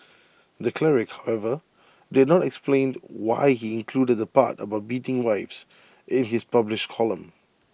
the cleric however did not explain why he included the part about beating wives in his published column